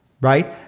Right